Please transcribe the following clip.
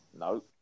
No